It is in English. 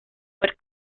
but